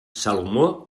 salomó